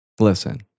Listen